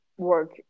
Work